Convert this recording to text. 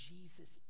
Jesus